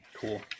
Cool